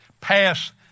pass